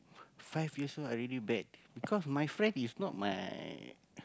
five years old I already bad because my friend is not my